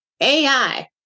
AI